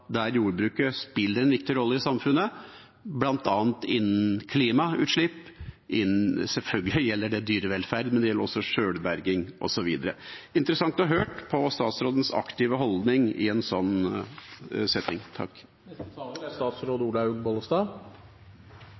der jordbruket spiller en viktig rolle i samfunnet, bl.a. innen klimautslipp – og selvfølgelig gjelder det dyrevelferd og sjølberging osv. Det ville vært interessant å høre om statsrådens aktive holdning i en sånn setting.